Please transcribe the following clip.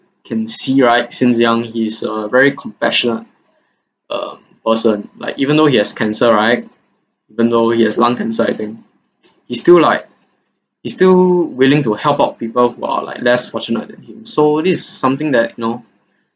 can see right since young he is uh very compassionate um person like even though he has cancer right even though he has lung cancer I think he still like he still willing to help out people who are like less fortunate than him so this is something that you know